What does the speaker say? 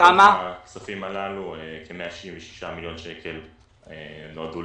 מעבר לזה ניתנו למעלה מ-60 מיליון שקלים בשווי של ציוד מגן שחולק